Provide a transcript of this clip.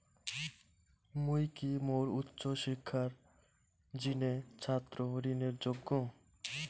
মুই কি মোর উচ্চ শিক্ষার জিনে ছাত্র ঋণের যোগ্য?